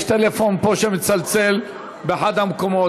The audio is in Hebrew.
יש טלפון שמצלצל פה באחד המקומות.